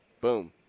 boom